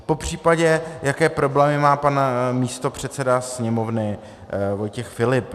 Popřípadě, jaké problémy má pan místopředseda Sněmovny Vojtěch Filip.